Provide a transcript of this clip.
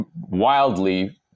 wildly